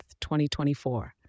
2024